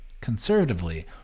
Conservatively